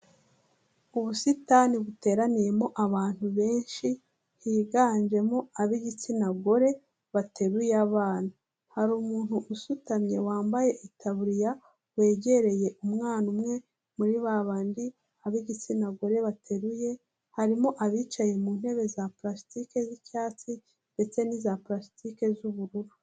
Ubusitani buteraniyemo abantu benshi, higanjemo ab'igitsina gore bateruye abana, hari umuntu usutamye wambaye itaburiya wegereye umwana umwe muri ba bandi ab'igitsina gore bateruye, harimo abicaye mu ntebe za parasitike z'icyatsi ndetse n'iza parasitike z'ubururu.